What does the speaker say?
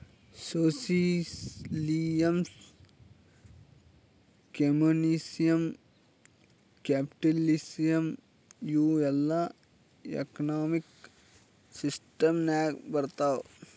socialism, communism, capitalism ಇವೂ ಎಲ್ಲಾ economic system ನಾಗ್ ಬರ್ತಾವ್